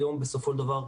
היום, בסופו של דבר,